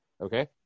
Okay